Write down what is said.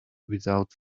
without